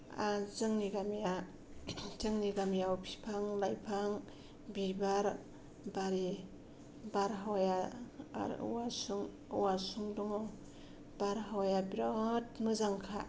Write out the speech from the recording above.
आरो जोंनि गामिया जोंनि गामियाव बिफां लाइफां बिबार बारि बारहावाया आरो औवासुं औवासुं दङ बारहावाया बिराद मोजांखा